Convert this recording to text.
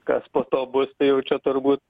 kas po to bus tai jau čia turbūt